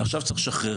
עכשיו צריך לשחרר.